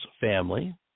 family